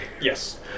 Yes